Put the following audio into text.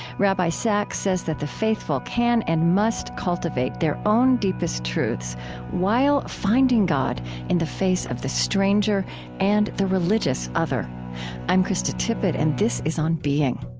rabbi sacks says that the faithful can and must cultivate their own deepest truths while finding god in the face of the stranger and the religious other i'm krista tippett, and this is on being